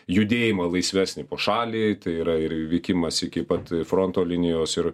judėjimą laisvesnį po šalį tai yra ir vykimas iki pat fronto linijos ir